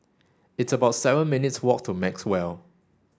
it's about seven minutes' walk to Maxwell